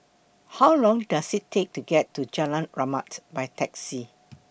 How Long Does IT Take to get to Jalan Rahmat By Taxi